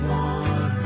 one